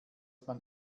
man